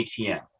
ATM